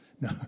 No